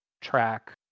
track